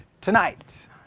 tonight